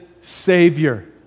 Savior